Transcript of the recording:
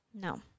No